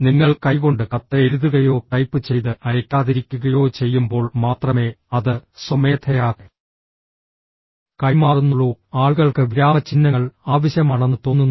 നിങ്ങൾ കൈകൊണ്ട് കത്ത് എഴുതുകയോ ടൈപ്പ് ചെയ്ത് അയയ്ക്കാതിരിക്കുകയോ ചെയ്യുമ്പോൾ മാത്രമേ അത് സ്വമേധയാ കൈമാറുന്നുള്ളൂ ആളുകൾക്ക് വിരാമചിഹ്നങ്ങൾ ആവശ്യമാണെന്ന് തോന്നുന്നു